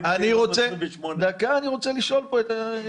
אני רוצה לשאול משהו.